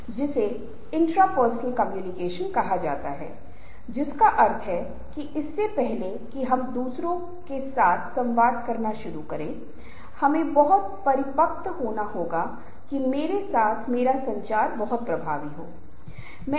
यदि ये चीजें हैं तो कभी कभी उनमें किसी प्रकार के मतभेद होते हैं वे दूर हो जाएंगे वे रियायत देंगे वे एक दूसरे को उचित समझ देंगे ताकि वे अंततः किसी प्रकार का समाधान का पता लगाने की कोशिश कर रहे हैं और वे लक्ष्य को प्राप्त करने के लिए आगे बढ़ रहे हैं